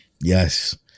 Yes